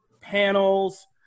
panels